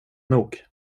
nog